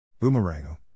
Boomerango